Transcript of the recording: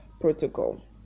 protocol